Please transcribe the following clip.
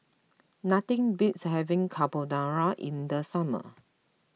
nothing beats having Carbonara in the summer